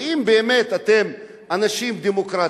ואם אתם באמת אנשים דמוקרטים,